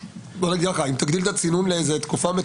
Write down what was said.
זה לא רק העניין האישי שהוא מחליט בלבד.